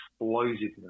explosiveness